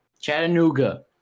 Chattanooga